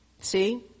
See